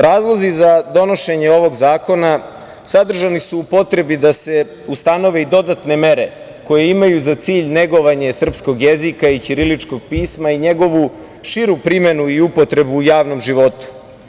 Razlozi za donošenje ovog zakona sadržani su u potrebi da se ustanove i dodatne mere koje imaju za cilj negovanje srpskog jezika i ćiriličkog pisma i njegovu širu primenu i upotrebu u javnom životu.